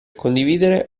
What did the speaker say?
condividere